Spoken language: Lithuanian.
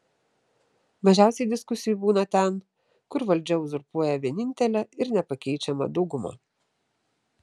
mažiausiai diskusijų būna ten kur valdžią uzurpuoja vienintelė ir nepakeičiama dauguma